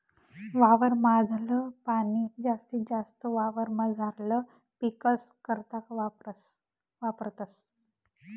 वावर माधल पाणी जास्तीत जास्त वावरमझारला पीकस करता वापरतस